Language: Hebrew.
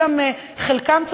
חלקם,